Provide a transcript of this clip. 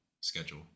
schedule